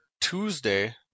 Tuesday